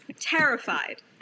terrified